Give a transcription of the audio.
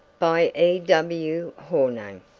by e. w. hornung